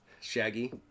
Shaggy